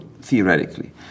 theoretically